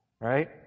Right